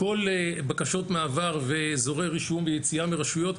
כל בקשות המעבר ואזורי רישום ויציאה מרשויות,